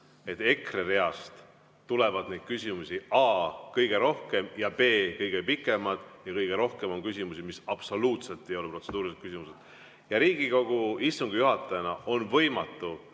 EKRE reast tuleb neid küsimusi a) kõige rohkem ja b) kõige pikemalt ning kõige rohkem on teil küsimusi, mis absoluutselt ei ole protseduurilised küsimused. Riigikogu istungi juhatajal on võimatu